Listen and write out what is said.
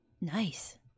nice